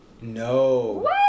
No